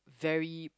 very